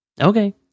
Okay